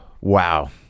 Wow